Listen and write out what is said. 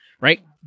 right